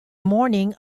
morning